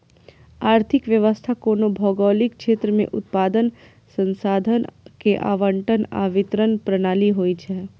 आर्थिक व्यवस्था कोनो भौगोलिक क्षेत्र मे उत्पादन, संसाधन के आवंटन आ वितरण प्रणाली होइ छै